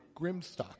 Grimstock